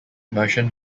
motion